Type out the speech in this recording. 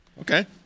Okay